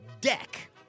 deck